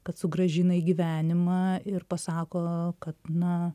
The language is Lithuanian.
kad sugrąžina į gyvenimą ir pasako kad na